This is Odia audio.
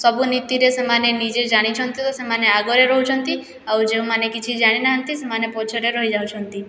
ସବୁ ନିତିରେ ସେମାନେ ନିଜେ ଜାଣିଛନ୍ତି ଓ ସେମାନେ ଆଗରେ ରହୁଛନ୍ତି ଆଉ ଯେଉଁମାନେ କିଛି ଜାଣିନାହାଁନ୍ତି ସେମାନେ ପଛରେ ରହିଯାଉଛନ୍ତି